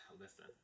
Listen